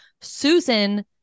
Susan